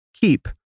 Keep